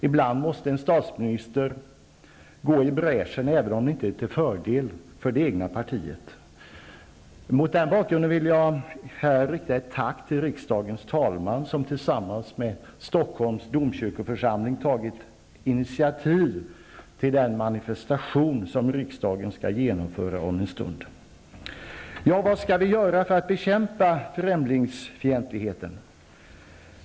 Ibland måste landets statsminister gå i bräschen, även om det inte är till fördel för det egna partiet. Mot den bakgrunden vill jag rikta ett tack till riksdagens talman, som tillsammans med Stockholms Domkyrkoförsamling har tagit initiativ till den manifestation som riksdagen skall genomföra om en stund. Vad skall vi då göra för att bekämpa främlingsfientligheten?